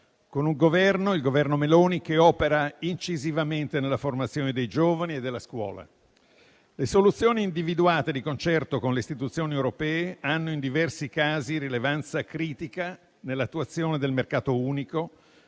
con il Governo Meloni che opera incisivamente nella formazione dei giovani e della scuola. Le soluzioni individuate di concerto con le istituzioni europee hanno in diversi casi rilevanza critica nell'attuazione del mercato unico,